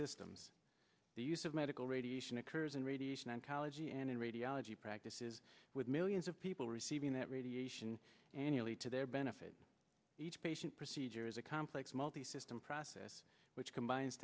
systems the use of medical radiation occurs in radiation oncology and in radiology practices with millions of people receiving that radiation annually to their benefit each patient procedure is a complex multisystem process which combines